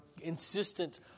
insistent